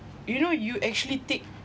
you know you actually take